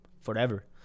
forever